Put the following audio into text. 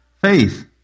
faith